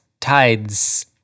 tides